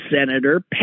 senator